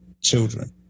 children